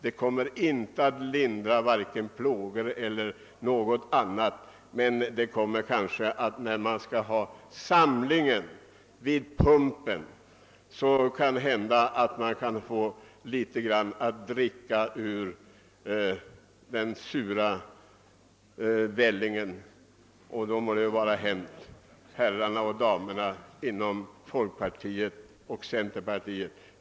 De kommer inte att lindra plågorna, men när man skall ha samlingen vid pumpen kanske damerna och herrarna från centerpartiet och folkpartiet kan få litet att dricka av den sura vällingen.